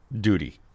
duty